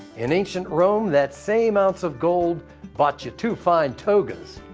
in ancient rome that same ounce of gold bought you two fine togas.